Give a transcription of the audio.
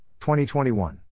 2021